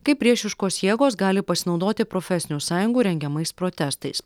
kaip priešiškos jėgos gali pasinaudoti profesinių sąjungų rengiamais protestais